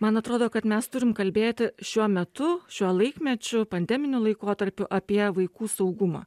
man atrodo kad mes turim kalbėti šiuo metu šiuo laikmečiu pandeminiu laikotarpiu apie vaikų saugumą